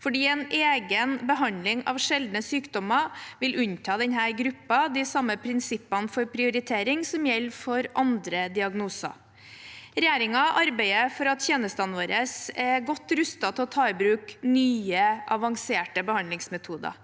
fordi en egen behandling av sjeldne sykdommer vil unnta denne gruppen de samme prinsippene for prioritering som gjelder for andre diagnoser. Regjeringen arbeider for at tjenestene våre er godt rustet til å ta i bruk nye, avanserte behandlingsmetoder.